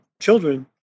children